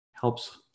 helps